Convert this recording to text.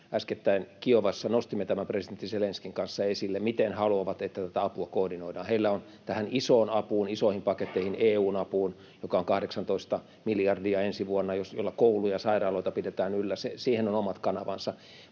äskettäin Kiovassa, nostimme presidentti Zelenskyin kanssa esille sen, miten he haluavat, että tätä apua koordinoidaan. Heillä on tähän isoon apuun — isoihin paketteihin, EU:n apuun, joka on 18 miljardia ensi vuonna, jolla kouluja ja sairaaloita pidetään yllä — omat kanavansa,